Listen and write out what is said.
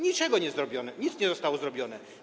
Niczego nie zrobiono, nic nie zostało zrobione.